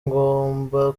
ngomba